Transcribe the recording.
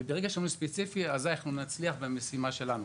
ברגע שאנחנו נהיה ספציפיים אנחנו נצליח במשימה שלנו.